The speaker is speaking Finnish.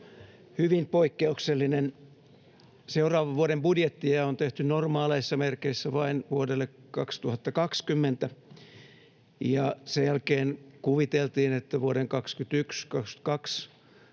hyvin poikkeuksellinen. Seuraavan vuoden budjettia on tehty normaaleissa merkeissä vain vuodelle 2020, ja sen jälkeen kuviteltiin, että vuosien 21 ja 22